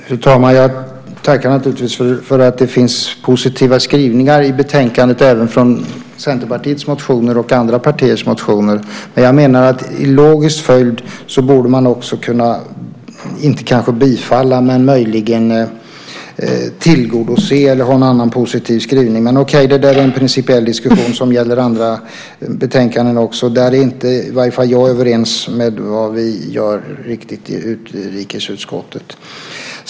Fru talman! Jag tackar naturligtvis för att Veronica Palm säger att det finns positiva skrivningar i betänkandet även om Centerpartiets och andra partiers motioner. Jag menar att en logisk följd borde vara att man kanske inte skulle tillstyrka men möjligen tillgodose dem eller ha någon annan positiv skrivning. Men, okej, det där är en principiell diskussion som gäller också andra betänkanden. I varje fall är inte jag riktigt överens med vad vi gör i utrikesutskottet.